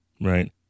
right